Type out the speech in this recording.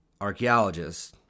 archaeologists